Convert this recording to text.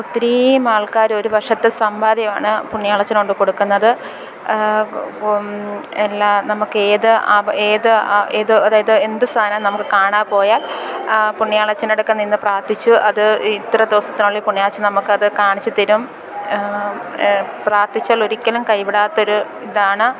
ഒത്തിരിയും ആൾക്കാർ ഒരു വർഷത്തെ സമ്പാദ്യമാണ് പുണ്യാളച്ചനു കൊണ്ടു കൊടുക്കുന്നത് എല്ലാം നമുക്കേത് ഏത് ഏത് അതായത് എന്തു സാധനം നമുക്ക് കാണാതെ പോയാൽ പുണ്യാളച്ചൻ്റെ അടുക്കൽ നിന്നു പ്രാർത്ഥിച്ച് അത് ഇത്ര ദിവസത്തിനുള്ളിൽ പുണ്യാളച്ചൻ നമുക്കത് കാണിച്ചു തരും പ്രാർത്ഥിച്ചാൽ ഒരിക്കലും കൈവിടാത്തൊരു ഇതാണ്